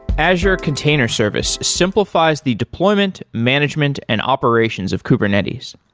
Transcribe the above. azure container service simplifies the deployment, management and operations of kubernetes.